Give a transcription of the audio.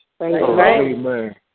Amen